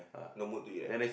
no mood to eat eh